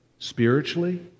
Spiritually